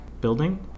building